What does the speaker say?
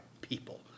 people